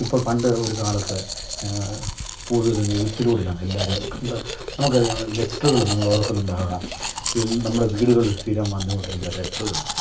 ഇപ്പോൾ പണ്ട് ഒര് കാലത്ത് കൂടുതലും എഴുത്തിലൂടെയാണു എല്ലാവരും കണ്ട് നമുക്കറിയാം ലെറ്ററുകൾ നമ്മൾ ഓർക്കുന്നുണ്ടാകും എന്നും നമ്മുടെ വീടുകളിൽ സ്ഥിരം വന്നുകൊണ്ടിരുന്ന ലെറ്ററുകള്